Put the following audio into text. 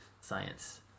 science